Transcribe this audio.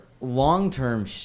long-term